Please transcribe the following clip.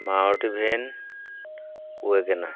Maruti van WagonR